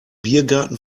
biergarten